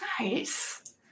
Nice